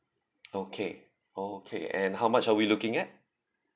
okay okay and how much are we looking at